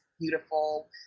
beautiful